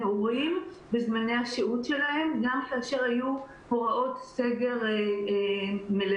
הורים בזמני השהות שלהם גם כאשר היו הוראות סגר מלאות.